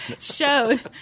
showed